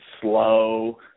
slow